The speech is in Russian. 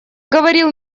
говорил